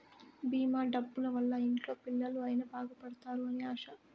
భీమా డబ్బుల వల్ల ఇంట్లో పిల్లలు అయిన బాగుపడుతారు అని ఆశ